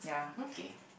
okay